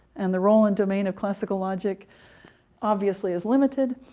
and the role and domain of classical logic obviously is limited.